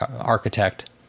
architect